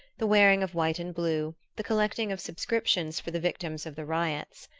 the wearing of white and blue, the collecting of subscriptions for the victims of the riots.